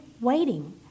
waiting